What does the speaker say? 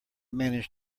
managed